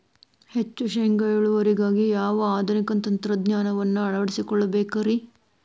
ಹೆಚ್ಚು ಶೇಂಗಾ ಇಳುವರಿಗಾಗಿ ಯಾವ ಆಧುನಿಕ ತಂತ್ರಜ್ಞಾನವನ್ನ ಅಳವಡಿಸಿಕೊಳ್ಳಬೇಕರೇ?